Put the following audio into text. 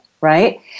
Right